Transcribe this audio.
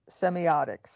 semiotics